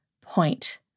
point